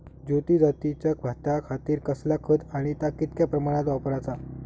ज्योती जातीच्या भाताखातीर कसला खत आणि ता कितक्या प्रमाणात वापराचा?